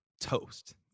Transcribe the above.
toast